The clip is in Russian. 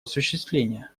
осуществления